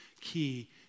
key